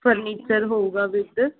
furniture ਹੋਊਗਾ with